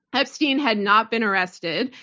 epstein had not been arrested.